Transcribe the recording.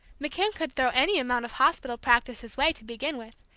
mckim could throw any amount of hospital practice his way, to begin with.